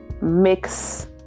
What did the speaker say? mix